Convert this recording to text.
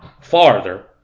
farther